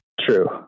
True